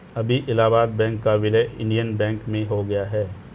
अभी इलाहाबाद बैंक का विलय इंडियन बैंक में हो गया है